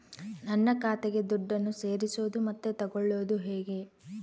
ನನ್ನ ಖಾತೆಗೆ ದುಡ್ಡನ್ನು ಸೇರಿಸೋದು ಮತ್ತೆ ತಗೊಳ್ಳೋದು ಹೇಗೆ?